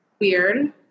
weird